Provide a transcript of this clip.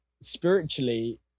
spiritually